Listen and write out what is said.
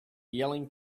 yelling